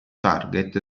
target